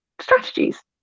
strategies